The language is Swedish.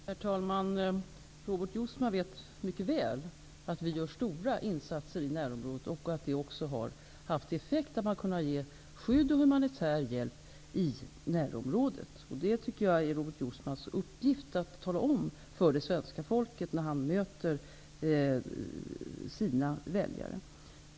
Herr talman! Robert Jousma vet mycket väl att stora insatser görs i närområdet och att det har gett effekt att man har kunnat ge skydd och humanitär hjälp där. Det är Robert Jousmas uppgift att tala om det för det svenska folket, när han möter sina väljare.